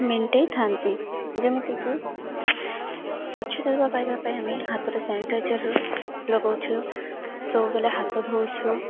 ମେଣ୍ଟେଇ ଥାନ୍ତି ଯେମିତିକି ସ୍ୱଚ୍ଛ ସେବା ପାଇବା ପାଇଁ ଆମେ ହାତରେ ସାନିଟାଇଜର୍ ଲଗଉଛୁ ସବୁବେଲେ ହାତ ଧୋଉଛୁ